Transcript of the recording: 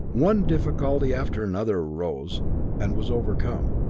one difficulty after another arose and was overcome.